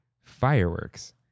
fireworks